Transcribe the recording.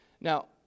Now